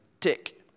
tick